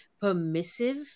permissive